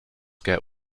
get